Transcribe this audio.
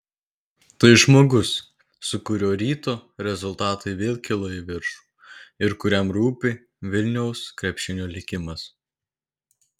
tai žmogus su kuriuo ryto rezultatai vėl kilo į viršų ir kuriam rūpi vilniaus krepšinio likimas